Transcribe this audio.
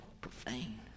profane